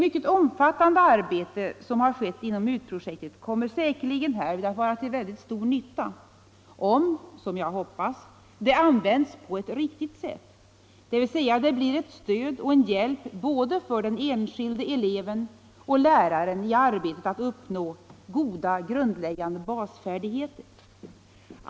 Det omfattande arbete som skett inom MUT-projektet kommer därvid säkerligen att vara till mycket stor nytta, om det — som jag hoppas — används på ett riktigt sätt, dvs. till stöd och hjälp både för den enskilde eleven och för läraren när det gäller att uppnå goda grundläggande basfärdigheter.